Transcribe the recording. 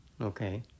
Okay